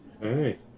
Hey